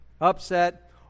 upset